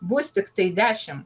bus tiktai dešim